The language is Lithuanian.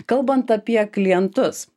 kalbant apie klientus